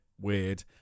weird